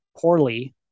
poorly